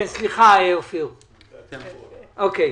תודה.